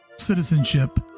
citizenship